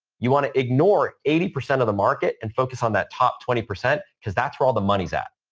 you want to ignore eighty percent of the market and focus on that top twenty percent because that's where all the money's at.